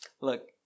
look